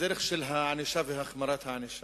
בדרך של ענישה והחמרת הענישה.